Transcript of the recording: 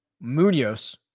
Munoz